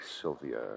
Sylvia